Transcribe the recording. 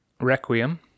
Requiem